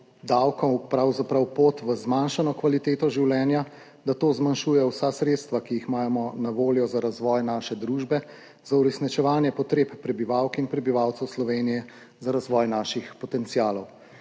davkov pravzaprav pot v zmanjšano kvaliteto življenja, da to zmanjšuje vsa sredstva, ki jih imamo na voljo za razvoj naše družbe, za uresničevanje potreb prebivalk in prebivalcev Slovenije, za razvoj naših potencialov.